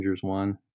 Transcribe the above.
one